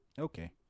Okay